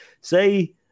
say